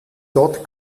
dort